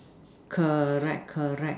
correct correct